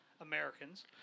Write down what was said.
Americans